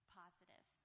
positive